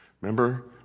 Remember